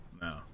No